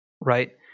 right